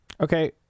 Okay